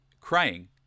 crying